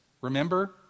remember